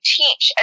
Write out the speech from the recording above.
teach